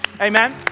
Amen